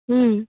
হুম